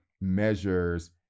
measures